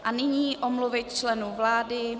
A nyní omluvy členů vlády.